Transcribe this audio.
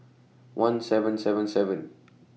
one seven seven seven